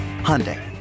Hyundai